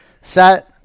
set